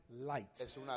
light